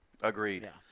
Agreed